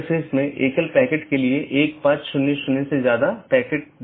एक IBGP protocol है जो कि सब चीजों से जुड़ा हुआ है